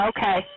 Okay